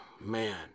man